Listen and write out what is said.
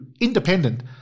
independent